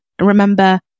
remember